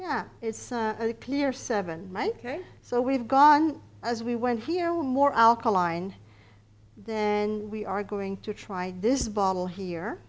yeah it's clear seven mikei so we've gone as we went here one more alkaline then we are going to try this bottle here